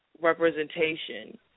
representation